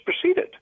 proceeded